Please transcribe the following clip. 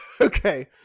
Okay